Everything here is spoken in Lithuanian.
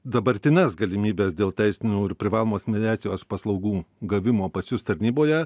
dabartines galimybes dėl teisinių ir privalomos mediacijos paslaugų gavimo pas jus tarnyboje